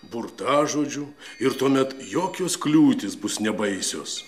burtažodžių ir tuomet jokios kliūtys bus nebaisios